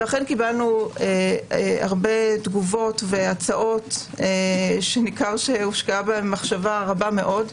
אכן קיבלנו הרבה תגובות והצעות שניכר שהושקעה בהן מחשבה רבה מאוד.